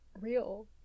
real